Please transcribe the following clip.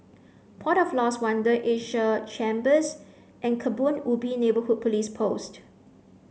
port of Lost Wonder Asia Chambers and Kebun Ubi Neighbourhood Police Post